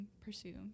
pursue